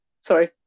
Sorry